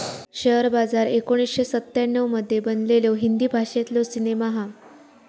share Bazaar एकोणीसशे सत्त्याण्णव मध्ये बनलेलो हिंदी भाषेतलो सिनेमा हा